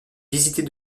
visités